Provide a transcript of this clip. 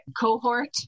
cohort